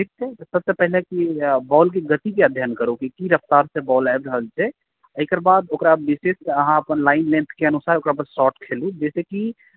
ठीक छै तऽ सब सॅं पहिने कि बॉल के गति के अध्ययन करु की रफ्तार सॅं बॉल आबि रहल छै एकरा बाद ओकरा विशिष्ट अहाँ अपन लाइन लेंथ के अनुसार ओकरा पर शार्ट खेलू जाहिसॅं कि